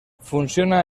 funciona